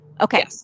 Okay